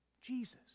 Jesus